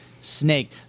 snake